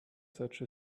such